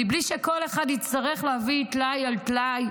מבלי שכל אחד יצטרך להביא טלאי על טלאי,